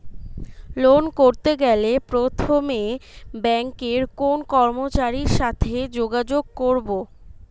Loan করতে গেলে প্রথমে ব্যাঙ্কের কোন কর্মচারীর সাথে যোগাযোগ করব?